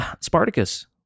Spartacus